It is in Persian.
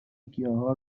گیاها